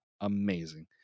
Amazing